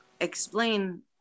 explain